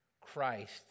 Christ